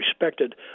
respected